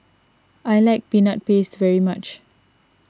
I like Peanut Paste very much